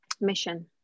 mission